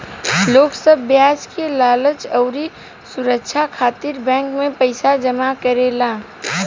लोग सब ब्याज के लालच अउरी सुरछा खातिर बैंक मे पईसा जमा करेले